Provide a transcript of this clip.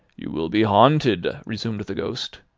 you will be haunted, resumed the ghost,